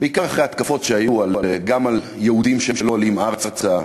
בעיקר אחרי התקפות שהיו גם על יהודים שלא עולים ארצה,